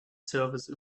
service